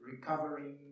recovering